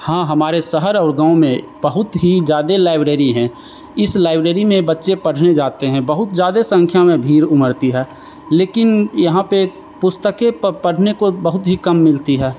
हाँ हमारे शहर और गाँव में बहुत ही ज्यादा लाइब्रेरी हैं इस लाइब्रेरी में बच्चे पढ़ने जाते हैं बहुत ज्यादा संख्या में भीड़ उमड़ती है लेकिन यहाँ पर पुस्तकें पढ़ने को बहुत ही कम मिलती है